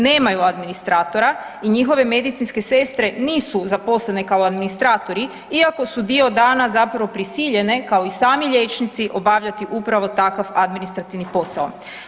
Nemaju administratora i njihove medicinske sestre nisu zaposlene kao administratori iako su dio dana zapravo prisiljene kao i sami liječnici obavljati upravo takav administrativni posao.